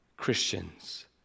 Christians